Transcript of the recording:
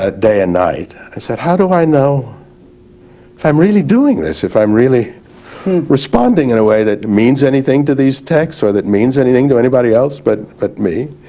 ah day and night. i said how do i know if i'm really doing this if i'm really responding in a way that means anything to these texts or that means anything to anybody else but but me?